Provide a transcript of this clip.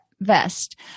vest